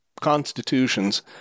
constitutions